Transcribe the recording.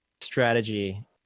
strategy